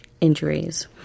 injuries